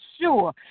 sure